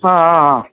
ஆ ஆ ஆ